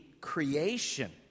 creation